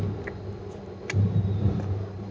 ಗೋಂಜಾಳ ಸುಲಂಗೇ ಹೊಡೆದಾಗ ಯಾವ ಗೊಬ್ಬರ ನೇಡಬೇಕು?